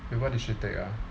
wait what did she take ah